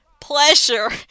Pleasure